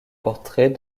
portrait